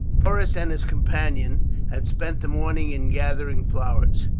porus and his companion had spent the morning in gathering flowers.